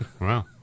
Wow